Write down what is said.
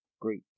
great